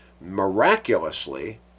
miraculously